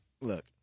Look